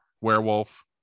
werewolf